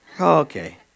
Okay